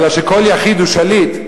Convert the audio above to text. אלא שכל יחיד הוא שליט,